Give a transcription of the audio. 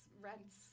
rents